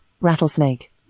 Rattlesnake